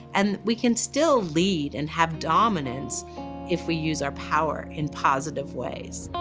and we can still lead and have dominance if we use our power in positive ways.